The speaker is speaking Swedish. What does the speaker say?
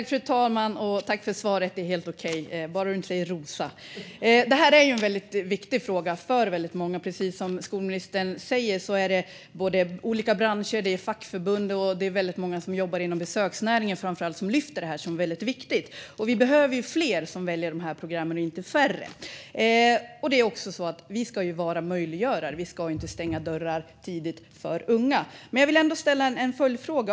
Fru talman! Jag tackar för svaret. Detta är en väldigt viktig fråga för väldigt många. Precis som skolministern säger är det olika branscher och fackförbund, och framför allt väldigt många som jobbar inom besöksnäringen, som lyfter detta som väldigt viktigt. Vi behöver fler som väljer dessa program och inte färre. Och vi ska ju vara möjliggörare. Vi ska inte stänga dörrar tidigt för unga. Men jag vill ändå ställa en följdfråga.